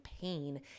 pain